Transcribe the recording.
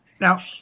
Now